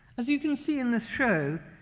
as you can see in this show,